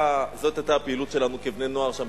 זאת היתה הפעילות שלנו כבני-נוער שם,